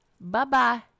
bye-bye